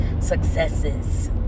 Successes